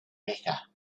mecca